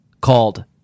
called